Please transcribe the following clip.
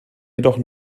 jedoch